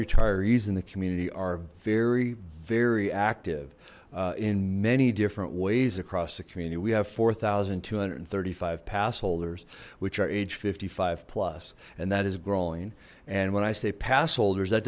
retirees in the community are very very active in many different ways across the community we have four thousand two hundred and thirty five pass holders which are aged fifty five plus and that is growing and when i say pass holders that